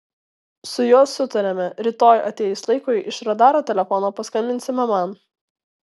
su juo sutarėme rytoj atėjus laikui iš radaro telefono paskambinsime man